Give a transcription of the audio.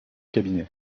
cabinet